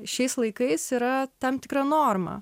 šiais laikais yra tam tikra norma